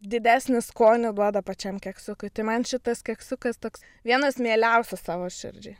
didesnį skonį duoda pačiam keksiukui tai man šitas keksiukas toks vienas mieliausių savo širdžiai